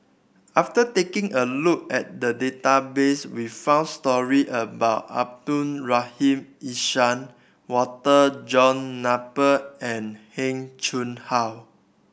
after taking a look at the database we found stories about Abdul Rahim Ishak Walter John Napier and Heng Chee How